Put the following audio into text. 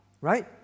right